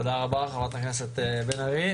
תודה רבה, חברת הכנסת בן ארי.